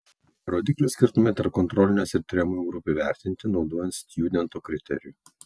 rodiklių skirtumai tarp kontrolinės ir tiriamųjų grupių įvertinti naudojant stjudento kriterijų